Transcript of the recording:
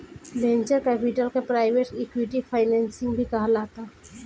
venture capital के private equity financing भी कहाला